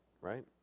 Right